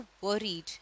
worried